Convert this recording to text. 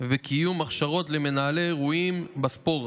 וקיום הכשרות למנהלי אירועים בספורט,